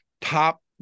top